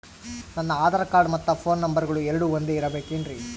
ನನ್ನ ಆಧಾರ್ ಕಾರ್ಡ್ ಮತ್ತ ಪೋನ್ ನಂಬರಗಳು ಎರಡು ಒಂದೆ ಇರಬೇಕಿನ್ರಿ?